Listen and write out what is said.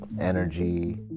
energy